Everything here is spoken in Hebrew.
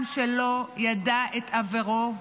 עם שלא ידע את עברו,